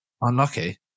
unlucky